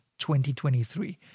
2023